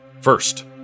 First